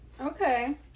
okay